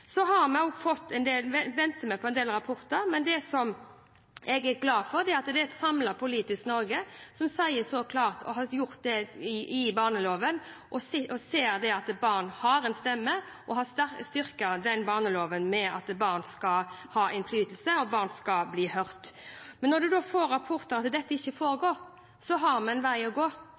Vi venter på en del rapporter, men det som jeg er glad for, er at det er et samlet politisk Norge som ser at barn har en stemme, og som gjennom en styrket barnelov så klart sier at barn skal ha innflytelse, og at barn skal bli hørt. Men når en får rapporter om at dette ikke foregår, har vi en vei å gå.